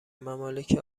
ممالک